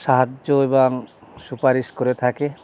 সাহায্য এবং সুপারিশ করে থাকে